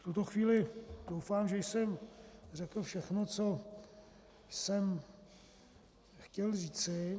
V tuto chvíli doufám, že jsem řekl všechno, co jsem chtěl říci.